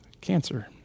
cancer